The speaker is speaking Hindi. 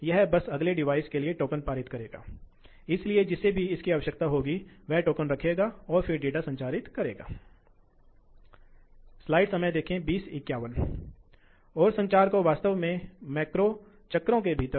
यह आपको दिया गया है आपको एक इकाई चुननी होगी क्योंकि यह एक अमेरिकी संदर्भ से है इसलिए यह प्रति मिनट गैलन है